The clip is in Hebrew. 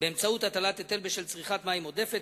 באמצעות הטלת היטל על צריכת מים עודפת,